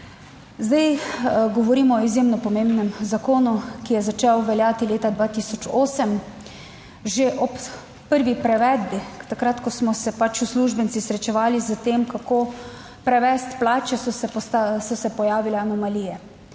Govorimo o izjemno pomembnem zakonu, ki je začel veljati leta 2008, že ob prvi prevedbi, takrat ko smo se pač uslužbenci srečevali s tem kako prevesti plače, so se pojavile anomalije.